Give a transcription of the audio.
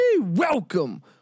Welcome